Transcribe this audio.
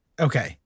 Okay